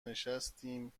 نشستیم